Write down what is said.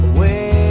Away